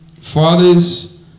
Fathers